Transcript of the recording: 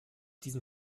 diesen